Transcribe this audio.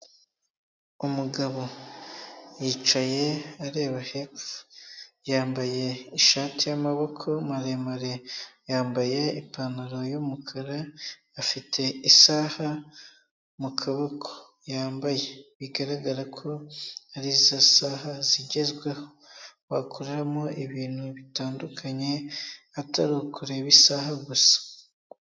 Umugabo yicaye areba hepfo. Yambaye ishati y'amaboko maremare, yambaye ipantaro y'umukara, afite isaha mu kuboko yambaye. Bigaragara ko ari za saha zigezweho. Bakoramo ibintu bitandukanye, atari ukureba isaha gusa.